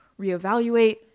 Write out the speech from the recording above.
reevaluate